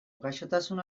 gaixotasun